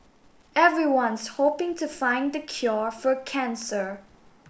everyone's hoping to find the cure for cancer